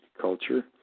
culture